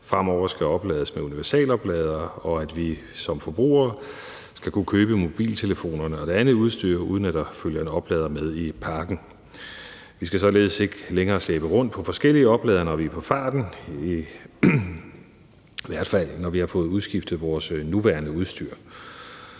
fremover skal oplades med universalopladere, og at vi som forbrugere skal kunne købe mobiltelefonerne og det andet udstyr, uden at der følger en oplader med i pakken. Vi skal således ikke længere slæbe rundt på forskellige opladere, når vi er på farten, i hvert fald når vi har fået udskiftet vores nuværende udstyr.